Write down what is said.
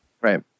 Right